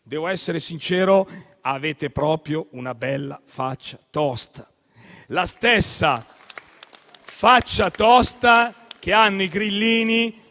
Devo essere sincero: avete proprio una bella faccia tosta. Ed è la stessa faccia tosta dei grillini